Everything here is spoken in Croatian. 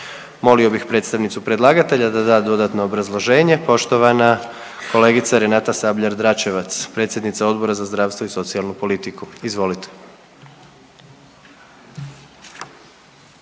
Molio bih predstavnicu predlagatelja da da dodatno obrazloženje. Poštovana kolegice Renata Sabljar Dračevac, predsjednica Odbora za zdravstvo i socijalnu politiku, izvolite.